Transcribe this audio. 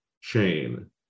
chain